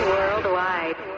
Worldwide